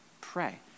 Pray